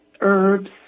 herbs